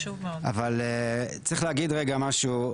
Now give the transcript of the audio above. צריך להגיד רגע משהו,